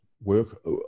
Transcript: work